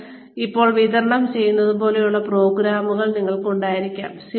ഞാൻ ഇപ്പോൾ വിതരണം ചെയ്യുന്നതുപോലുള്ള പ്രോഗ്രാമുകൾ നിങ്ങൾക്ക് ഉണ്ടായിരിക്കാം